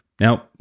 Now